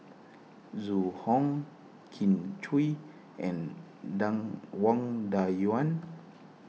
Zhu Hong Kin Chui and Wang Dayuan